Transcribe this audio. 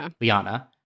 Liana